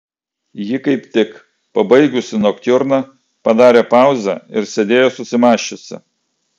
ji kaip tik pabaigusi noktiurną padarė pauzę ir sėdėjo susimąsčiusi